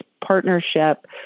partnership